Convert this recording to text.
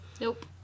nope